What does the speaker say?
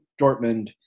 Dortmund